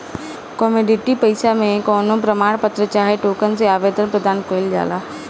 commodity पईसा मे कवनो प्रमाण पत्र चाहे टोकन से आदान प्रदान कईल जाला